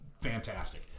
fantastic